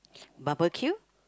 barbecue